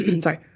Sorry